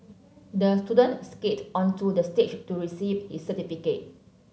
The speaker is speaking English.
the student skated onto the stage to receive his certificate